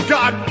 God